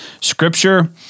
scripture